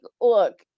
look